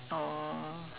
oh